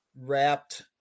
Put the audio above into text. wrapped